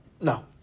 No